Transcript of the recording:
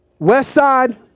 Westside